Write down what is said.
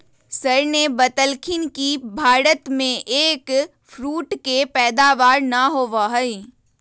sir ने बतल खिन कि भारत में एग फ्रूट के पैदावार ना होबा हई